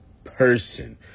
person